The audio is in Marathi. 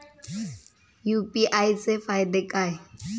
यु.पी.आय चे फायदे काय?